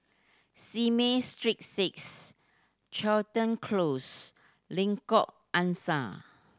Simei Street Six Crichton Close Lengkok Angsa